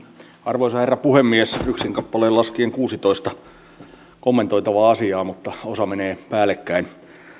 arvoisa herra puhemies yksin kappalein laskin kuusitoista kommentoitavaa asiaa mutta osa menee päällekkäin